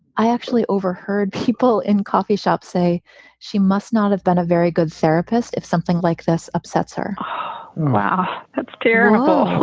i actually overheard people in coffee shops say she must not have been a very good therapist if something like this upsets her wow, that's terrible